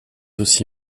aussi